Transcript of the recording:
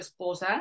esposa